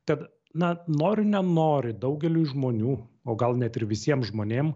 tad na nori nenori daugeliui žmonių o gal net ir visiems žmonėm